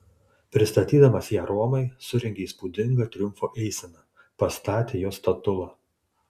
pristatydamas ją romai surengė įspūdingą triumfo eiseną pastatė jos statulą